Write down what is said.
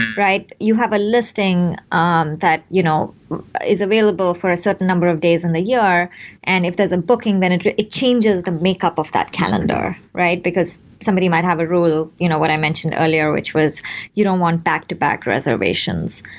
right? you have a listing um that you know is available for a certain number of days in the year and if there's a booking, then it it changes the makeup of that calendar, right? because somebody might have a rule, you know what i mentioned earlier which was you don't want back-to-back reservations.